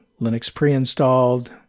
Linux-pre-installed